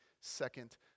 second